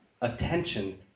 attention